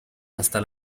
hasta